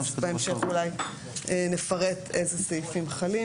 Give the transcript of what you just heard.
אז בהמשך אולי נפרט איזה סעיפים חלים,